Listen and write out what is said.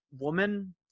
woman